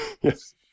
Yes